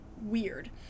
weird